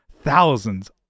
thousands